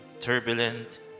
turbulent